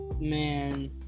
Man